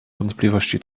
wątpliwości